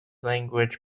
language